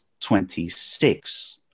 26